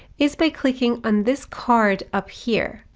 is by clicking on this card up here.